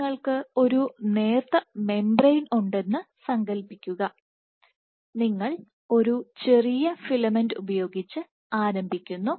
നിങ്ങൾക്ക് ഒരു നേർത്ത മെംബ്രേയ്ൻ ഉണ്ടെന്ന് സങ്കൽപ്പിക്കുക നിങ്ങൾ ഒരു ചെറിയ ഫിലമെന്റ് ഉപയോഗിച്ച് ആരംഭിക്കുന്നു